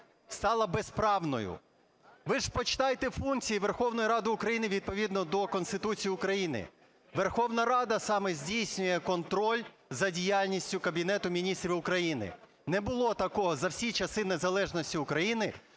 стала безправною. Ви ж почитайте функції Верховної Ради України відповідно до Конституції України: Верховна Рада саме здійснює контроль за діяльністю Кабінету Міністрів України. Не було такого за всі часи незалежності України,